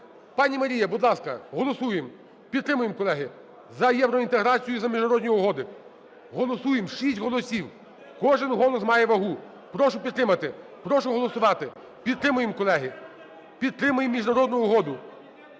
Пані Марія, будь ласка, голосуємо. Підтримуємо, колеги, за євроінтеграцію, за міжнародні угоди. Голосуємо, 6 голосів, кожен голос має вагу. Прошу підтримати, прошу голосувати. Підтримаємо, колеги, підтримаємо міжнародну угоду.